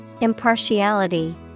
Impartiality